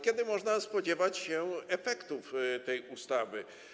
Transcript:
Kiedy można spodziewać się efektów tej ustawy?